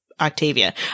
Octavia